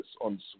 on